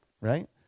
right